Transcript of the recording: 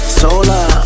solar